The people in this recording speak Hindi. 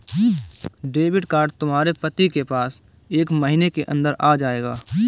डेबिट कार्ड तुम्हारे पति के पास एक महीने के अंदर आ जाएगा